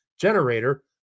generator